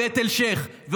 ואת אלשיך.